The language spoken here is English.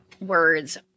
words